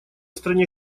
стране